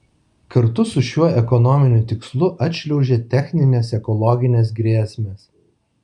kartu su šiuo ekonominiu tikslu atšliaužia techninės ekologinės grėsmės